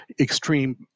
extreme